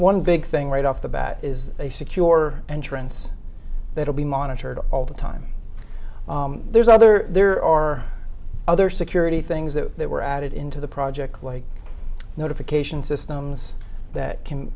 one big thing right off the bat is a secure entrance that will be monitored all the time there's other there are other security things that they were added into the project like notification systems that can